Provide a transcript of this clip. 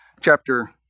chapter